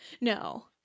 No